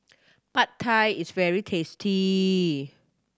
Pad Thai is very tasty